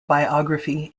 biography